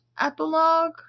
epilogue